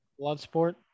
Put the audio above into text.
Bloodsport